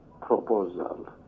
proposal